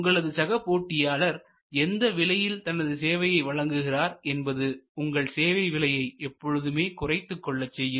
உங்களது சக போட்டியாளர் எந்த விலையில் தனது சேவையை வழங்குகிறார் என்பது உங்களின் சேவை விலையை எப்பொழுதுமே குறைத்துக் கொள்ளச் செய்யும்